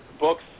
books